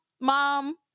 mom